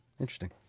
interesting